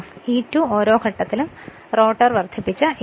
F E2 ഓരോ ഘട്ടത്തിലും E